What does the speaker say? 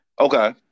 Okay